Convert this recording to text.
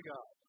God